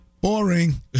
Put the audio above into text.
Boring